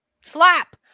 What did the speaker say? Slap